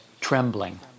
trembling